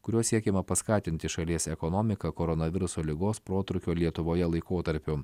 kuriuo siekiama paskatinti šalies ekonomiką koronaviruso ligos protrūkio lietuvoje laikotarpiu